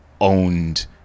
owned